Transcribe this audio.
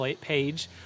page